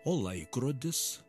o laikrodis